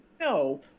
no